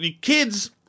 kids